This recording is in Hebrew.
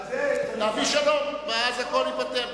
נביא שלום, ואז הכול ייפתר.